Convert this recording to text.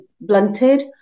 blunted